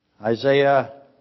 Isaiah